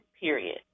period